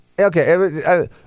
Okay